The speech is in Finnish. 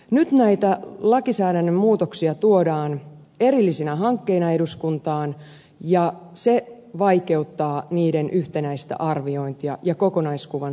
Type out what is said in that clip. nyt näitä lainsäädännön muutoksia tuodaan erillisinä hankkeina eduskuntaan ja se vaikeuttaa niiden yhtenäistä arviointia ja kokonaiskuvan saamista